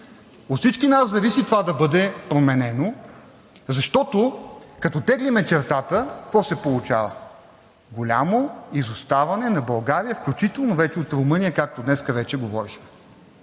От всички нас зависи това да бъде променено, защото, като теглим чертата, какво се получава? Голямо изоставане на България, включително вече и от Румъния, както днес вече говорихме,